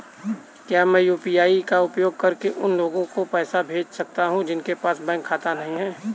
क्या मैं यू.पी.आई का उपयोग करके उन लोगों को पैसे भेज सकता हूँ जिनके पास बैंक खाता नहीं है?